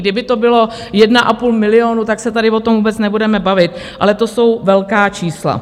Kdyby to bylo 1,5 milionu, tak se tady o tom vůbec nebudeme bavit, ale to jsou velká čísla.